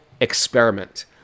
experiment